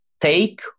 take